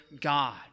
God